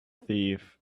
thief